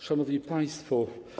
Szanowni Państwo!